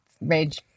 rage